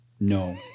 no